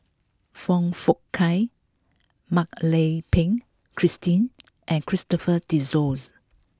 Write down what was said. Foong Fook Kay Mak Lai Peng Christine and Christopher De Souza